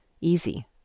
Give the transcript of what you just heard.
easy